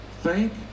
thank